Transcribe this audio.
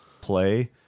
play